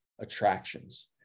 attractions